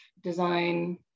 design